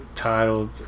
titled